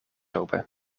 open